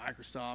Microsoft